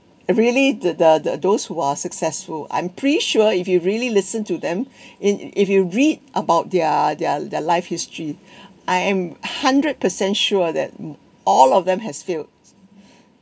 really the the those who are successful I'm pretty sure if you really listen to them and if you read about their their their life history I am hundred percent sure that all of them has failed